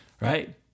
right